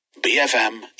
BFM